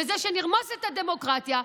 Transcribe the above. בזה שנרמוס את הדמוקרטיה,